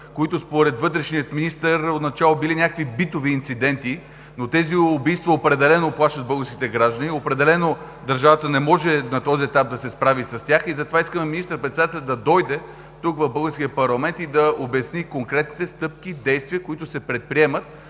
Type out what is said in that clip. които, според вътрешния министър, отначало били някакви битови инциденти. Но тези убийства определено плашат българските граждани, определено държавата не може да се справи с тях на този етап и затова искаме министър-председателят да дойде тук, в българския парламент, и да обясни конкретните стъпки и действия, които се предприемат,